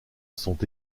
sont